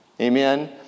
Amen